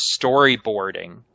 storyboarding